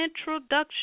introduction